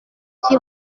qui